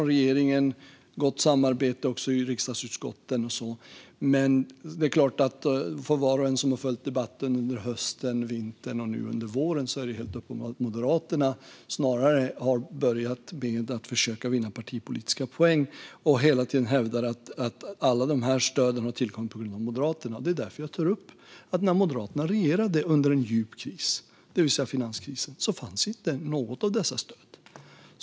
Regeringen och riksdagens utskott hade ett gott samarbete. Men för var och en som har följt debatten under hösten, vintern och våren är det uppenbart att Moderaterna har försökt skapa en viss bild för att vinna partipolitiska poäng. De hävdar hela tiden att alla dessa stöd har tillkommit på grund av Moderaterna. Av detta skäl tog jag upp det här. När Moderaterna regerade under en djup kris, det vill säga finanskrisen, fanns inte något av dessa stöd.